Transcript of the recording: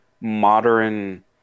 modern